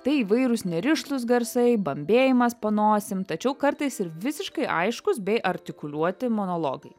tai įvairūs nerišlūs garsai bambėjimas po nosim tačiau kartais ir visiškai aiškūs bei artikuliuoti monologai